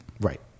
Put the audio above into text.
Right